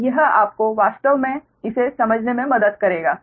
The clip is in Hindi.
और यह आपको वास्तव में इसे समझने में मदद करेगा